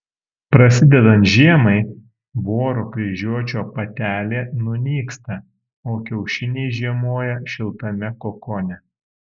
prasidedant žiemai voro kryžiuočio patelė nunyksta o kiaušiniai žiemoja šiltame kokone